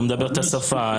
לא מדבר את השפה,